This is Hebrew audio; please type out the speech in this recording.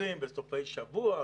הולכים בסופי שבוע,